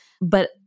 But-